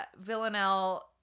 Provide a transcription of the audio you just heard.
Villanelle